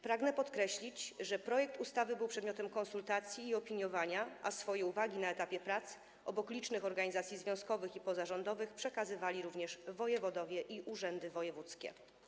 Pragnę podkreślić, że projekt ustawy był przedmiotem konsultacji i opiniowania, a swoje uwagi na etapie prac obok licznych organizacji związkowych i pozarządowych przekazywali również wojewodowie i urzędy wojewódzkie.